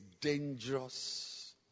dangerous